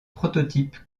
prototype